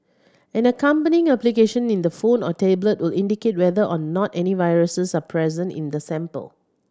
an accompanying application in the phone or tablet will indicate whether or not any viruses are present in the sample